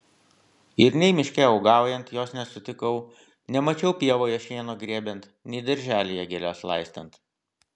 ir nei miške uogaujant jos nesutikau nemačiau pievoje šieno grėbiant nei darželyje gėles laistant